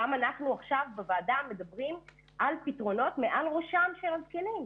אנחנו עכשיו בוועדה מדברים על פתרונות מעל ראשם של הזקנים.